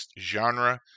genre